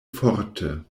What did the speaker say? forte